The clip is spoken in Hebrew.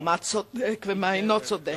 מה צודק ומה אינו צודק.